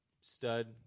stud